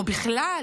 בכלל,